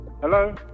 Hello